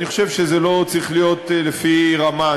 אני חושב שזה לא צריך להיות לפי רמה,